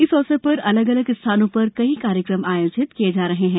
इस अवसर पर अलग अलग स्थानों पर कई कार्यक्रम आयोजित किये जा रहे हैं